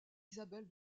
isabelle